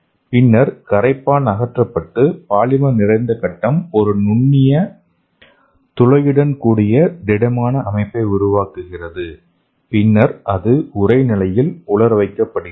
பின்னர் கரைப்பான் அகற்றப்பட்டு பாலிமர் நிறைந்த கட்டம் ஒரு நுண்ணிய துளையுடன் கூடிய திடமான அமைப்பை உருவாக்குகிறது பின்னர் அது உறை நிலையில் உலர வைக்கப்படுகிறது